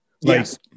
Yes